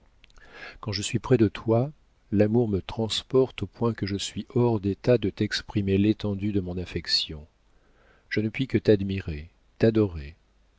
quand je suis près de toi l'amour me transporte au point que je suis hors d'état de t'exprimer l'étendue de mon affection je ne puis que t'admirer t'adorer